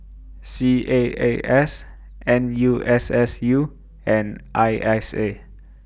C A A S N U S S U and I S A